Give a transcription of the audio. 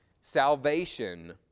salvation